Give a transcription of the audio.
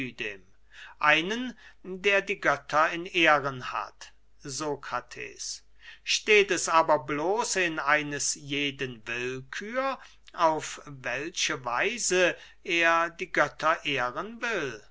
einen der die götter in ehren hat sokrates steht es aber bloß in eines jeden willkühr auf welche weise er die götter ehren will